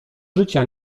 życia